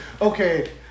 Okay